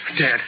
Dad